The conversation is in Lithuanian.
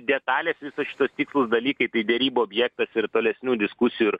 detalės visos šitos tikslūs dalykai tai derybų objektas ir tolesnių diskusijų ir